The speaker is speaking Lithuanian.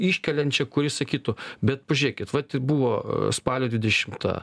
iškeliančią kuri sakytų bet pažiūrėkit vat buvo spalio dvidešimta